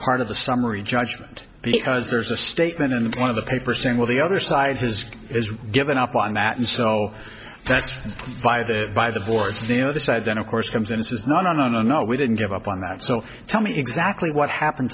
part of the summary judgment because there's a statement in one of the paper saying well the other side has given up on that and so that's by the by the boards of the other side then of course comes and says no no no no no we didn't give up on that so tell me exactly what happened